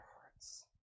hearts